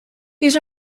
these